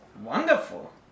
Wonderful